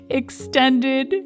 extended